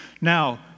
now